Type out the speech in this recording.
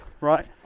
Right